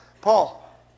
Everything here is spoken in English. Paul